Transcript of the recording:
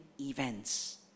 events